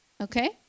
okay